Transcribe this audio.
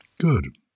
Good